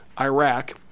Iraq